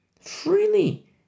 Freely